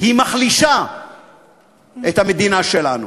היא מחלישה את המדינה שלנו.